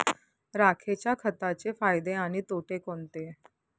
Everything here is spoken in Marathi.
राखेच्या खताचे फायदे आणि तोटे कोणते?